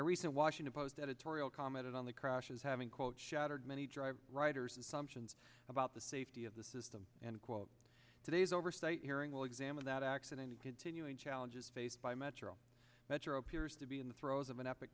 recent washington post editorial commented on the crashes having quote shattered many drive writers and some since about the safety of the system and quote today's oversight hearing will examine that accident continuing challenges faced by metro metro appears to be in the throes